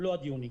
הוא לא עד יוני.